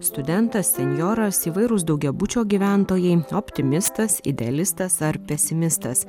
studentas senjoras įvairūs daugiabučio gyventojai optimistas idealistas ar pesimistas